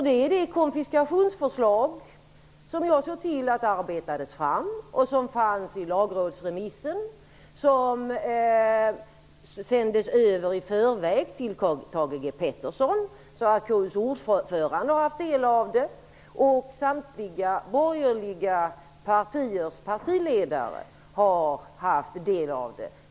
Det är ju det konfiskationsförslag som jag såg till att det arbetades fram, som fanns i Lagrådsremissen och som i förväg sändes över till Thage G Peterson. KU:s ordförande har alltså tagit del av det, och samtliga borgerliga partiers partiledare har tagit del av det.